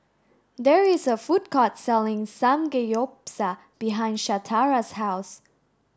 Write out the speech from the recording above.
there is a food court selling Samgeyopsal behind Shatara's house